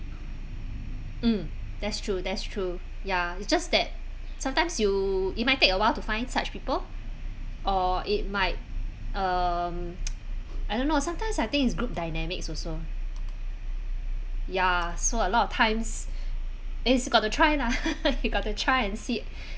mm that's true that's true ya it's just that sometimes you it might take awhile to find such people or it might um I don't know sometimes I think it's group dynamics also ya so a lot of times is got to try lah you got to try and see